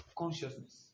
consciousness